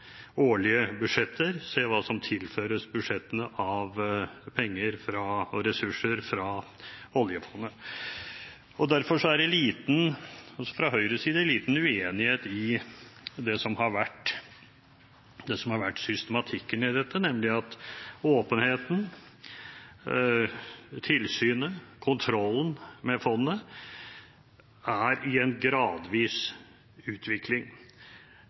årlige budsjetter og hva som tilføres budsjettene av penger og ressurser fra oljefondet. Derfor er det fra Høyres side liten uenighet i det som har vært systematikken i dette, nemlig at åpenheten, tilsynet og kontrollen med fondet er i en gradvis utvikling,